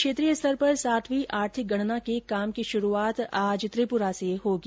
क्षेत्रीय स्तर पर सातवीं आर्थिक गणना के काम की शुरूआत आज त्रिपुरा से होगी